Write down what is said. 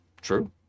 True